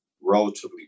relatively